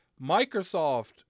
Microsoft